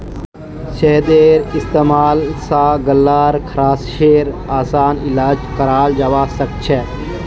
शहदेर इस्तेमाल स गल्लार खराशेर असान इलाज कराल जबा सखछे